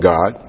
God